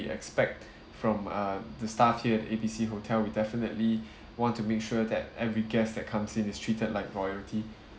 expect from uh the staff here at A B C hotel we definitely want to make sure that every guest that comes in is treated like royalty